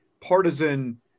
partisan